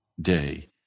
day